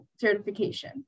certification